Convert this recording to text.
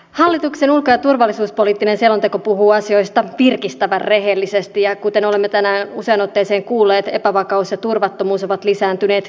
hallituksen ulko ja turvallisuuspoliittinen selonteko puhuu asioista virkistävän rehellisesti ja kuten olemme tänään useaan otteeseen kuulleet epävakaus ja turvattomuus ovat lisääntyneet kiihtyvällä vauhdilla